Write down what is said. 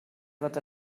fod